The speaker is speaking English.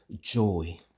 joy